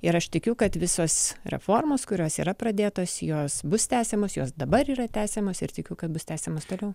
ir aš tikiu kad visos reformos kurios yra pradėtos jos bus tęsiamos jos dabar yra tęsiamos ir tikiu kad bus tęsiamos toliau